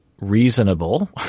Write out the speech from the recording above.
reasonable